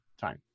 time